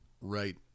right